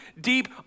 deep